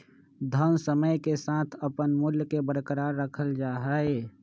धन समय के साथ अपन मूल्य के बरकरार रखल जा हई